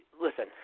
Listen